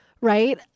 right